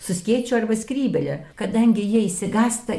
su skėčiu arba skrybėle kadangi jie išsigąsta